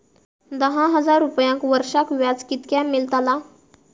दहा हजार रुपयांक वर्षाक व्याज कितक्या मेलताला?